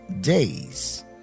days